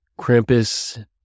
Krampus